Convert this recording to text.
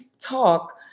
talk